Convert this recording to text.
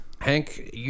Hank